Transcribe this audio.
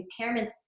impairments